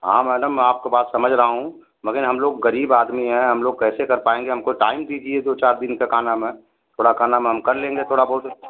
हाँ मैडम आपका बात समझ रहा हूँ मगर हम लोग गरीब आदमी हैं हम लोग कैसे कर पाएँगे हमको टाइम दीजिए दो चार दिन क का नाम है थोड़ा का नाम है हम कर लेंगे थोड़ा बहुत